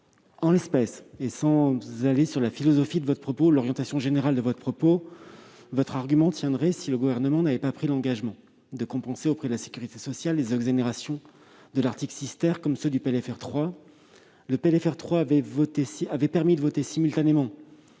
en l'espèce et sans commenter la philosophie ni l'orientation générale de votre propos, votre argument tiendrait si le Gouvernement n'avait pas déjà pris l'engagement de compenser, auprès de la sécurité sociale, les exonérations de l'article 6 , comme celles du PLFR 3 : celui-ci avait permis de voter simultanément